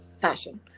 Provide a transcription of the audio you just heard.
fashion